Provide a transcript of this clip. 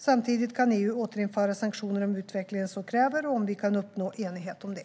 Samtidigt kan EU återinföra sanktioner om utvecklingen så kräver och om vi kan uppnå enighet om det.